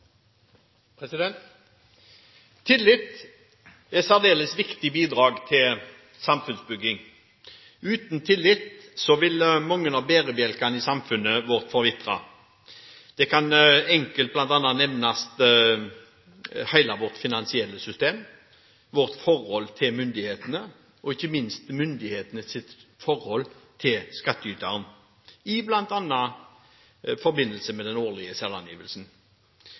særdeles viktig bidrag til samfunnsbygging. Uten tillit vil mange av bærebjelkene i samfunnet vårt forvitre. Det kan enkelt bl.a. nevnes hele vårt finansielle system, vårt forhold til myndighetene og ikke minst myndighetenes forhold til skattyteren, bl.a. i forbindelse med den årlige selvangivelsen.